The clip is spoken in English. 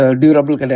durable